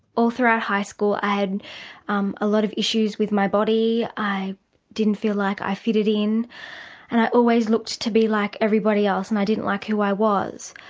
all through ah high school i had um a lot of issues with my body, i didn't feel like i fitted in and i always wanted to be like everybody else and i didn't like who i was.